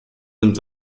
nimmt